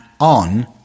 on